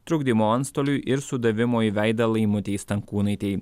trukdymo antstoliui ir sudavimo į veidą laimutei stankūnaitei